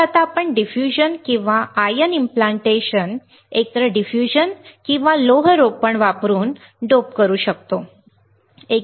तर आता आपण डिफ्यूजन किंवा आयन इम्प्लांटेशन एकतर डिफ्यूजन किंवा लोह रोपण वापरून डोप करू शकतो आ म्ही काय करू शकतो